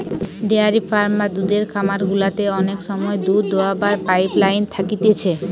dairy farm বা দুধের খামার গুলাতে অনেক সময় দুধ দোহাবার পাইপ লাইন থাকতিছে